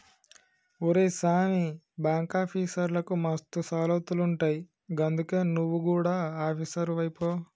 ఒరే సామీ, బాంకాఫీసర్లకు మస్తు సౌలతులుంటయ్ గందుకే నువు గుడ ఆపీసరువైపో